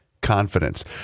Confidence